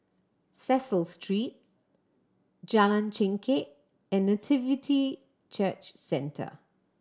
Cecil Street Jalan Chengkek and Nativity Church Centre